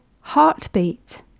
heartbeat